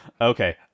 Okay